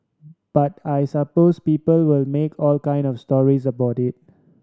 but I suppose people will make all kind of stories about it